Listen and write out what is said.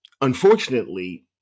Unfortunately